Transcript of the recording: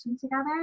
together